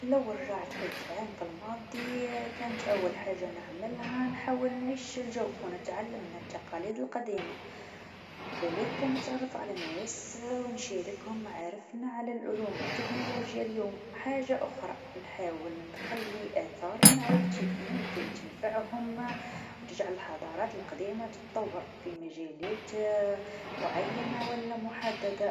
لو رجعت خمسين سنا في الماضي نحب نشوف كيفاش نعيش تجربة أجيال أقدم، إنشوف كيفاش كانت الحياة بسيطه و بدون تكنولوجيا، نشارك الناس نسمع موسيقتهم و نتعلم كيفاش كانو يتصرفو و يعيشو حياتهم بصفه طبيعيه لا تداولو الإنترنات ولا حتى التليفونات الذكيه والأجهزه الكهربائيه.